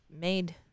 made